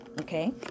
okay